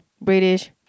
British